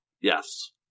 Yes